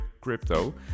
crypto